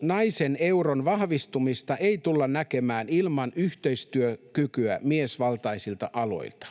Naisen euron vahvistumista ei tulla näkemään ilman yhteistyökykyä miesvaltaisilta aloilta.